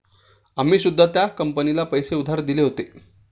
आम्ही सुद्धा त्या कंपनीला पैसे उधार दिले होते